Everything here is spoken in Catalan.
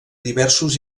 diversos